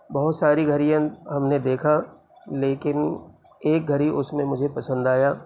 بہت ساری گھڑین ہم نے دیکھا لیکن ایک گھڑی اس میں مجھے پسند آیا